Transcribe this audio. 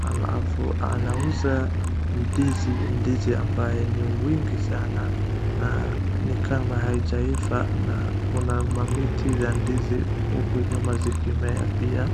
alafu anauza ndizi , ndizi ambayo ni wingi sana na ni kama haijaiva na kuna miti ya ndizi huku nyuma zikimea pia .